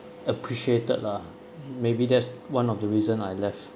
appreciated lah maybe that's one of the reason I left